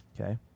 okay